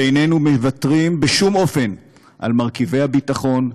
ואיננו מוותרים בשום אופן על מרכיבי הביטחון,